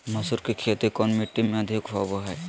मसूर की खेती कौन मिट्टी में अधीक होबो हाय?